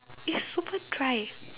it's super dry